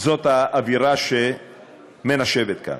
זאת האווירה שמנשבת כאן.